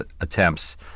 attempts